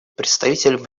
представитель